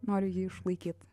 noriu jį išlaikyt